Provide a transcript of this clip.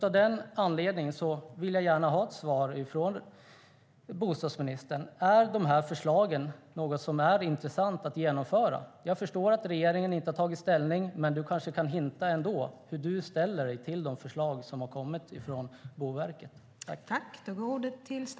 Av den anledningen vill jag gärna ha ett svar från bostadsministern: Är de här förslagen något som är intressant att genomföra? Jag förstår att regeringen inte har tagit ställning, men du kanske ändå kan hinta om hur du ställer dig till de förslag som har kommit från Boverket.